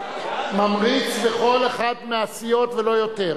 ממריץ בכל אחת מהסיעות ולא יותר.